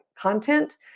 content